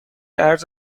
ارز